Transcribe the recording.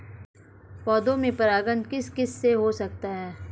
पौधों में परागण किस किससे हो सकता है?